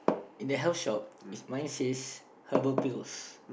in the health shop it's mine says herbal pills